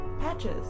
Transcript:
Patches